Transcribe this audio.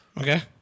Okay